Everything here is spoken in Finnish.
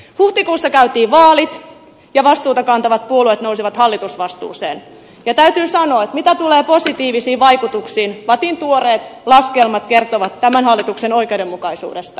huhtikuussa käytiin vaalit ja vastuuta kantavat puolueet nousivat hallitusvastuuseen ja täytyy sanoa että mitä tulee positiivisiin vaikutuksiin niin vattin tuoreet laskelmat kertovat tämän hallituksen oikeudenmukaisuudesta